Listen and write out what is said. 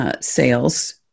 sales